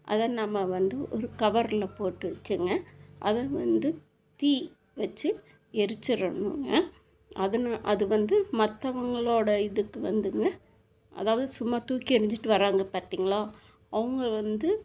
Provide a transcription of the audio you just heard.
அதை நம்ம வந்து ஒரு கவரில் போட்டு வச்சிங்க அதை வந்து தீ வச்சு எரிச்சிரணுங்க அதனால் அது வந்து மற்றவங்களோட இதுக்கு வந்துங்க அதாவது சும்மா தூக்கி எரிஞ்சிகிட்டு வராங்க பார்த்திங்களா அவங்கள் வந்து